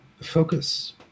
focus